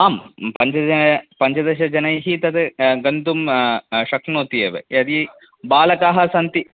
आं पञ्चजन पञ्चदशजनैः तद् गन्तुं शक्नोति एव यदि बालकाः सन्ति